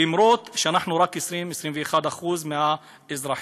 למרות שאנחנו רק 20% 21% מהאזרחים